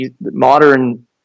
modern